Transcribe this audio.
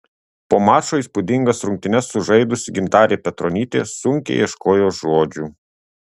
po mačo įspūdingas rungtynes sužaidusi gintarė petronytė sunkiai ieškojo žodžių